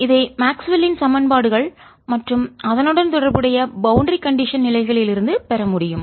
இதை மேக்ஸ்வெல்லின் சமன்பாடுகள் மற்றும் அதனுடன் தொடர்புடைய பௌண்டரிஎல்லை கண்டிஷன் நிலைகளிலிருந்து பெற முடியும்